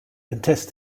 contest